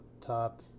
top